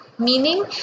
Meaning